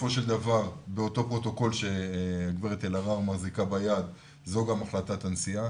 בסופו של דבר באותו פרוטוקול שגב' אלהרר מחזיקה ביד זו גם החלטת הנשיאה.